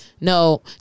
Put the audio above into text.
no